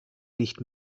nicht